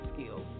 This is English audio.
skills